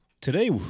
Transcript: Today